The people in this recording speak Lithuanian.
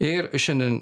ir šiandien